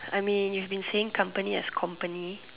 I mean you've been saying company as company